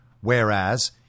whereas